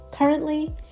Currently